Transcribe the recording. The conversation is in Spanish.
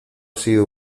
sido